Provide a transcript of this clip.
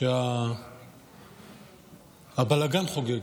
כשהבלגן חוגג.